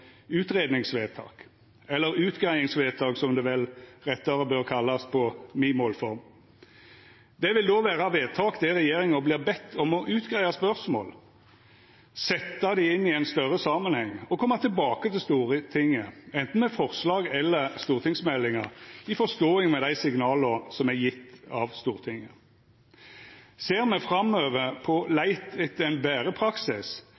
eller utgreiingsvedtak, som det vel rettare bør kallast på mi målform. Det vil då vera vedtak der regjeringa vert bedd om å greia ut spørsmål, setja dei inn i ein større samanheng og koma tilbake til Stortinget anten med forslag eller stortingsmeldingar i forståing med dei signala som er gjevne av Stortinget. Ser me framover på leit etter ein betre praksis,